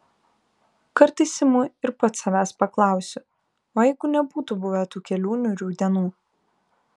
kartais imu ir pats savęs paklausiu o jeigu nebūtų buvę tų kelių niūrių dienų